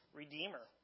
redeemer